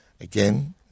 again